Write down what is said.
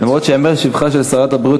גם אם ייאמר לשבחה של שרת הבריאות,